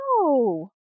No